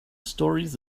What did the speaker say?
stories